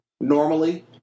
normally